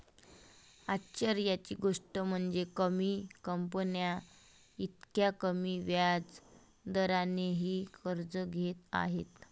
आश्चर्याची गोष्ट म्हणजे, कमी कंपन्या इतक्या कमी व्याज दरानेही कर्ज घेत आहेत